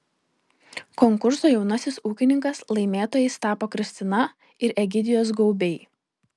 konkurso jaunasis ūkininkas laimėtojais tapo kristina ir egidijus gaubiai